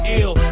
ill